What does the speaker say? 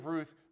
Ruth